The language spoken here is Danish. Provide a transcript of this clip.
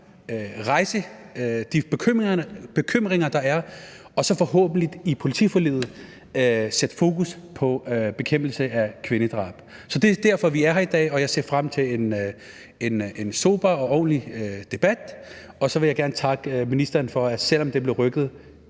rejse de bekymringer, der er, og så forhåbentlig i politiforliget sætte fokus på bekæmpelse af kvindedrab. Det er derfor, vi er her i dag, og jeg ser frem til en sober og ordentlig debat. Og så vil jeg gerne takke ministeren for, at selv om det er blevet rykket